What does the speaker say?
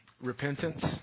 repentance